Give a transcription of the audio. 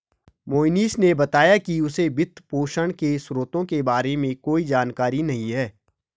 मोहनीश ने बताया कि उसे वित्तपोषण के स्रोतों के बारे में कोई जानकारी नही है